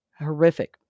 horrific